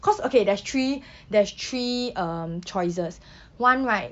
because okay there's three there's three um choices [one] right